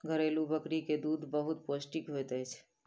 घरेलु बकरी के दूध बहुत पौष्टिक होइत अछि